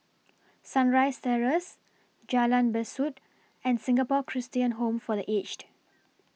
Sunrise Terrace Jalan Besut and Singapore Christian Home For The Aged